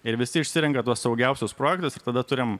ir visi išsirenka tuos saugiausius projektus ir tada turim